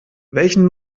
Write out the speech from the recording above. welchen